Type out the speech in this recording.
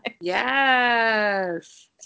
Yes